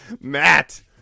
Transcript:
Matt